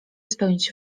spełnić